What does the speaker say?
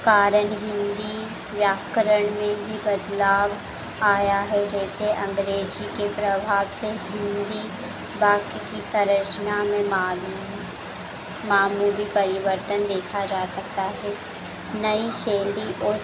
कारण हिन्दी व्याकरण में ही बदलाव आया है जैसे अँग्रेजी के प्रभाव से हिन्दी बाकी की सँरचना में मालूम मामूली परिवर्तन देखा जा सकता हे नई शैली और